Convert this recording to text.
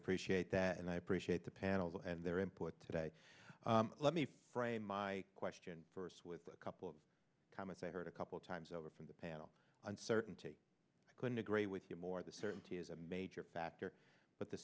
appreciate that and i appreciate the panel and their input today let me frame my question first with a couple of comments i heard a couple times over from the panel uncertainty going to great with you more the certainty is a major factor but the